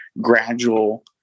gradual